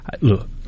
Look